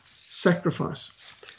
sacrifice